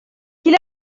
qu’il